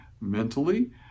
mentally